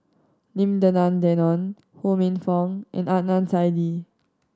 Lim Denan Denon Ho Minfong and Adnan Saidi